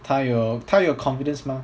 她有她有 confidence 吗